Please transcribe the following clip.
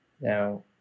now